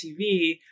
TV